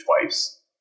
twice